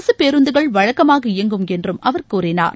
அரசு பேருந்துகள் வழக்கமாக இயங்கும் என்றும் அவர் கூறினார்